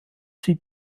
sie